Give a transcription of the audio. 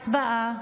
הצבעה.